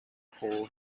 coal